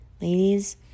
Ladies